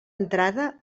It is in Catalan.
entrada